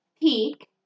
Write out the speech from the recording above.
peak